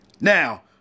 Now